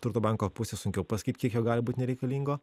turto banko pusės sunkiau pasakyt kiek jo gali būt nereikalingo